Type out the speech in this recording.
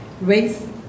race